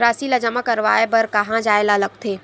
राशि ला जमा करवाय बर कहां जाए ला लगथे